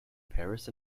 paris